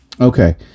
Okay